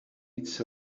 its